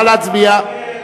נא להצביע.